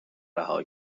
رها